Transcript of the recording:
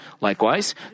Likewise